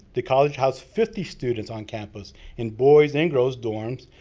the college housed fifty students on campus in boys' and girls' dorms.